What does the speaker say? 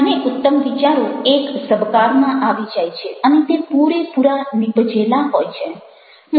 મને ઉત્તમ વિચારો એક ઝબકારમાં આવી જાય છે અને તે પૂરેપૂરા નીપજેલા હોય છે